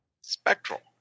Spectral